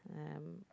um